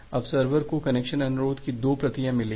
अब सर्वर को कनेक्शन अनुरोध की 2 प्रतियां मिली हैं